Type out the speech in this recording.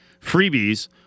freebies